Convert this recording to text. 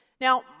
Now